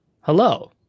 Hello